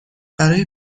برای